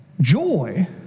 joy